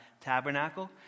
tabernacle